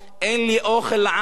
אין לי אוכל לעם,